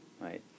right